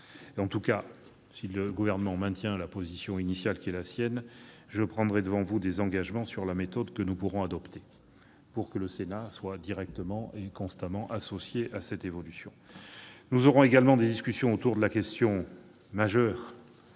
d'y parvenir. Si le Gouvernement maintient sa position initiale, je prendrai devant vous des engagements sur la méthode que nous pourrons adopter pour que le Sénat soit directement et constamment associé à cette évolution. Nous aurons également des discussions autour de la question majeure